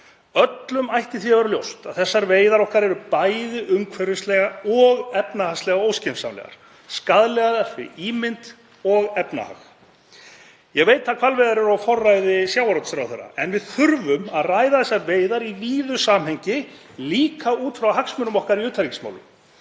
Öllum ætti því að vera ljóst að þessar veiðar okkar eru bæði umhverfislega og efnahagslega óskynsamlegar og skaðlegar fyrir ímynd og efnahag. Ég veit að hvalveiðar eru á forræði sjávarútvegsráðherra en við þurfum að ræða þessar veiðar í víðu samhengi, líka út frá hagsmunum okkar í utanríkismálum.